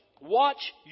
watch